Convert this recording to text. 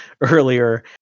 earlier